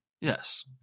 yes